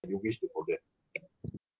you wish to forget